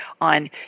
on